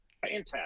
fantastic